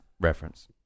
reference